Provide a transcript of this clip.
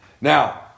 Now